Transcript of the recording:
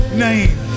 name